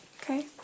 okay